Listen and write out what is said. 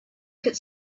could